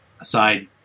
aside